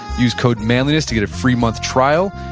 use code manliness to get a free month trial.